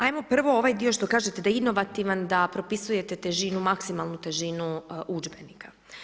Ajmo prvo ovaj dio što kažete da je inovativan, da propisujete težinu, maksimalnu težinu udžbenika.